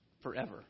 forever